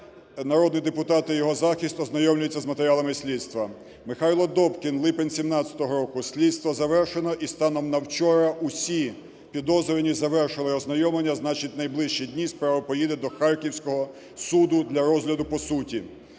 народний депутат і його захист ознайомлюються з матеріалами слідства. Михайло Добкін – липень 17-го року. Слідство завершено і станом на вчора усі підозрювані завершили ознайомлення, значить найближчі дні справа поїде до Харківського суду для розгляду по суті.